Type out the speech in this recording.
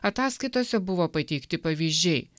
ataskaitose buvo pateikti pavyzdžiai